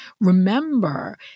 Remember